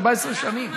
14 שנים.